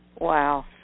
Wow